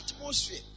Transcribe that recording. atmosphere